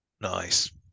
Nice